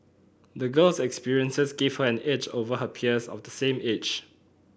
the girl's experiences gave her an edge over her peers of the same age